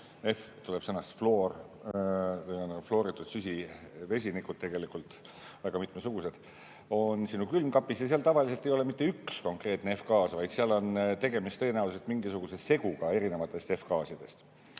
need on tegelikult fluoritud süsivesinikud, väga mitmesugused. Need on sinu külmkapis ja seal tavaliselt ei ole mitte üks konkreetne F‑gaas, vaid seal on tegemist tõenäoliselt mingisuguse seguga erinevatest F‑gaasidest.